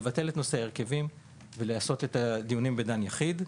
לבטל את נושא ההרכבים ולעשות את הדיונים בדן יחיד.